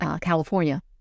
California